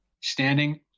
Standing